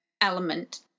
element